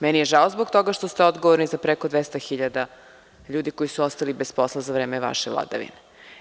Meni je žao zbog toga što ste odgovorni za preko 200 hiljada koji su ostali bez posla za vreme vaše vladavine.